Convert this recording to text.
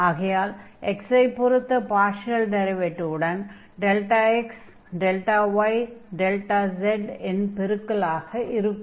ஆகையால் x ஐ பொறுத்த பார்ஷியல் டிரைவேடிவ்வுடன் δx δy δz ன் பெருக்கலாக இருக்கும்